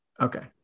Okay